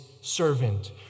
servant